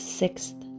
sixth